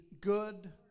good